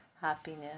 happiness